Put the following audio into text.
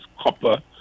copper